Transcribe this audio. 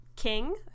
King